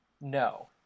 No